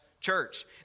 church